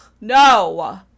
No